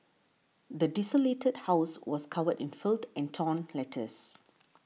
the desolated house was covered in filth and torn letters